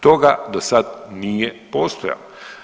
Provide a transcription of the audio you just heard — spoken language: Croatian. Toga do sad nije postojalo.